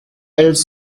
elles